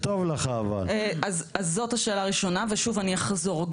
אז זאת השאלה הראשונה ושוב אני אחזור,